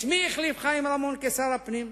את מי החליף חיים רמון כשר הפנים?